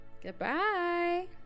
Goodbye